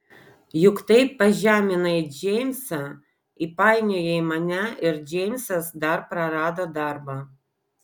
juk taip pažeminai džeimsą įpainiojai mane ir džeimsas dar prarado darbą